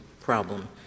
problem